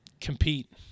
compete